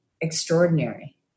extraordinary